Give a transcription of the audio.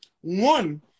One